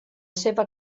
seva